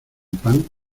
pan